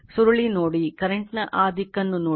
ಸುರುಳಿ ನೋಡಿ ಕರೆಂಟ್ ನ ಆ ದಿಕ್ಕನ್ನು ನೋಡಿ